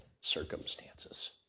circumstances